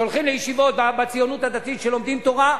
שהולכים לישיבות בציונות הדתית שלומדים שם תורה,